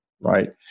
right